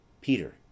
Peter